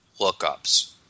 lookups